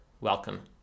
welcome